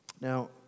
Now